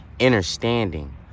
understanding